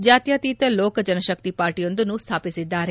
ಜ್ಯಾತ್ಯತೀತ ಲೋಕ ಜನಶಕ್ತಿ ಪಾರ್ಟಯೊಂದನ್ನು ಸ್ಥಾಪಿಸಿದ್ದಾರೆ